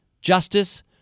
justice